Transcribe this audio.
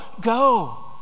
go